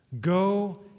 Go